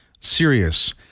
serious